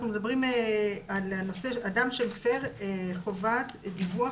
אנחנו מדברים על: "(3)מפר חובת דיווח,